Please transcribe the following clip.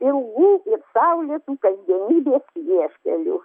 ilgų ir saulėtų kasdienybės vieškelių